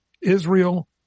Israel